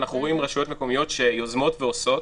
ואנחנו רואים רשויות מקומיות שיוזמות ועושות.